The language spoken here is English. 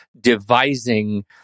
devising